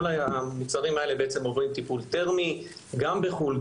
כל המוצרים האלה בעצם עוברים טיפול תרמי גם בחו"ל,